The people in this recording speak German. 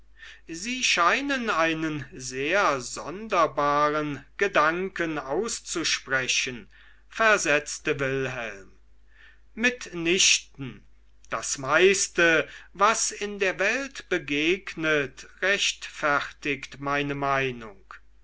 sie scheinen einen sehr sonderbaren gedanken auszusprechen versetzte wilhelm mitnichten das meiste was in der welt begegnet rechtfertigt meine meinung